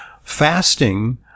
fasting